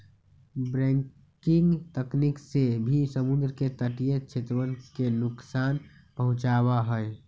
breaking तकनीक से भी समुद्र के तटीय क्षेत्रवन के नुकसान पहुंचावा हई